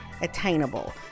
attainable